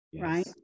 right